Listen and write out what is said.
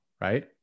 right